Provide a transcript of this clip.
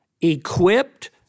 equipped